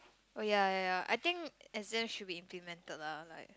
oh ya ya ya I think exams should be implemented lah like